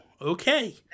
okay